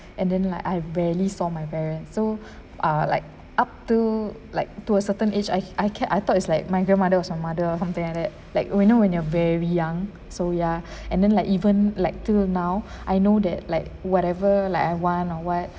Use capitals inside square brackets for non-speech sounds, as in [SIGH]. and then like I have rarely saw my parents so [BREATH] ah like up to like to a certain age I I ca~ I thought is like my grandmother was my mother something like that like when know when you're very young so ya [BREATH] and then like even like till now [BREATH] I know that like whatever like I want or what